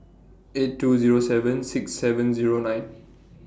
eight two Zero seven six seven Zero nine